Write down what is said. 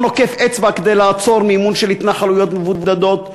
נוקף אצבע לעצור מימון של התנחלויות מבודדות,